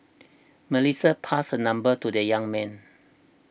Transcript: Melissa passed her number to the young man